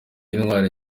intwali